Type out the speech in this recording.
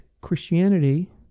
Christianity